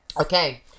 Okay